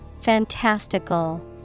fantastical